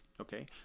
okay